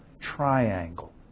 triangle